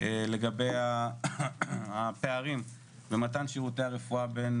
לגבי הפערים במתן שירותי הרפואה בין